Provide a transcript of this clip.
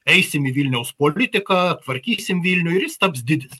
eisim į vilniaus politiką tvarkysim vilnių ir jis taps didis